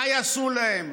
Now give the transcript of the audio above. מה יעשו להם?